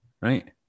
right